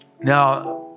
Now